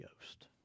Ghost